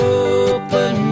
open